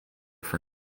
for